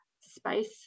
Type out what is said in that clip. space